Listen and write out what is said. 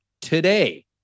today